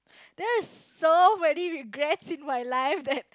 there is so many regrets in my life that